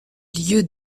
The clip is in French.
lieux